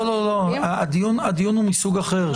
הדיון הוא מסוג אחר.